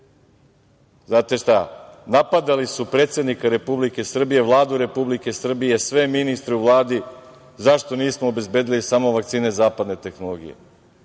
Znate šta, napadali su predsednika Republike Srbije, Vladu Republike Srbije, sve ministre u Vladi zašto nismo obezbedili samo vakcine zapadne tehnologije.